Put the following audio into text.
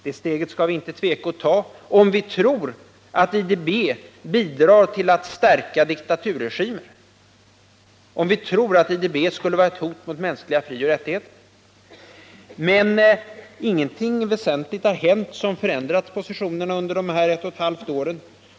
Det steget skall vi naturligtvis inte tveka att ta, om vi tror att IDB bidrar till att stärka diktaturregimer eller att IDB skulle vara ett hot mot mänskliga frioch rättigheter, men ingenting väsentligt har hänt som förändrat positionerna under dessa ett och halvt år.